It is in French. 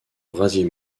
brasier